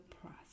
process